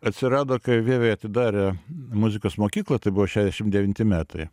atsirado kai vievy atidarė muzikos mokyklą tai buvo šešiasdešim devinti metai